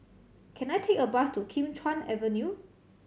can I take a bus to Kim Chuan Avenue